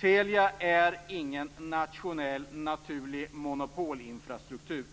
Telia är ingen nationell, naturlig monopolinfrastruktur.